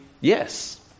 yes